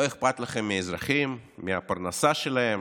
לא אכפת לכם מהאזרחים, מהפרנסה שלהם.